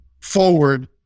forward